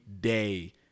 day